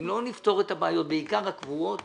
אם לא נפתור את הבעיות, בעיקר הקבועות